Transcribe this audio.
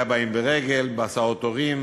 אלה הבאים ברגל, בהסעות הורים